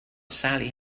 sally